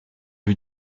lui